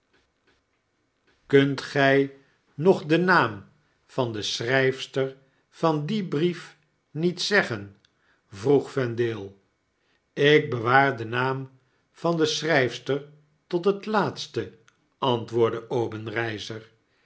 kunt gy nog den naam van den schrijfster van dien brief niet zeggen vroeg vendale ik bewaar den naam van de schryfster tot het laatste antwoordde